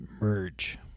merge